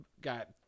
got